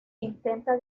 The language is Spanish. intenta